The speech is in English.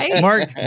Mark